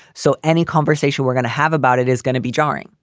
so any conversation we're gonna have about it is gonna be jarring.